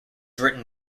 written